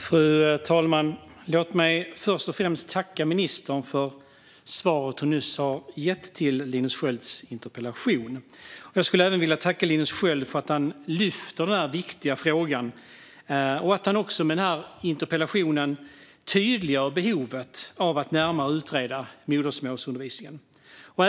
Fru talman! Låt mig först och främst tacka ministern för det svar hon nyss gav på Linus Skölds interpellation. Jag vill även tacka Linus Sköld för att han lyft upp denna viktiga fråga och för att han med interpellationen tydliggör behovet av att utreda modersmålsundervisningen närmare.